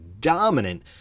dominant